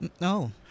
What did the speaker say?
No